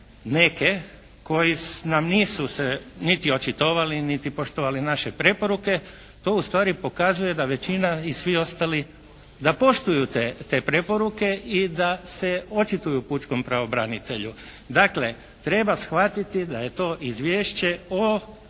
neke koji nam nisu se niti očitovali niti poštovali naše preporuke to u stvari pokazuje da većina i svi ostali da poštuju te preporuke i da se očituju pučkom pravobranitelju. Dakle, treba shvatiti da je to izvješće o